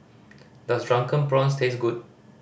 does Drunken Prawns taste good